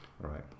right